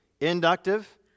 Inductive